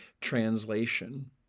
translation